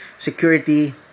security